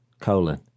colon